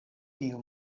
tiu